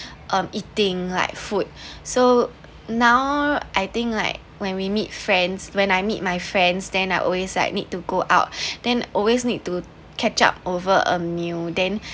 um eating like food so now I think like when we meet friends when I meet my friends then I always like need to go out then always need to catch up over a meal then